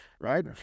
right